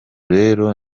rero